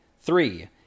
Three